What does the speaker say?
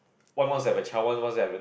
one one seven try one one seven